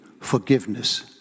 forgiveness